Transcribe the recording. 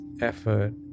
effort